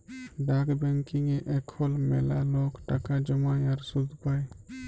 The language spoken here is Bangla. ডাক ব্যাংকিংয়ে এখল ম্যালা লক টাকা জ্যমায় আর সুদ পায়